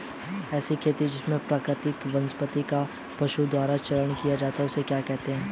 ऐसी खेती जिसमें प्राकृतिक वनस्पति का पशुओं द्वारा चारण किया जाता है उसे क्या कहते हैं?